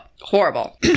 Horrible